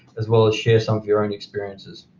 as well as share some of your and experiences.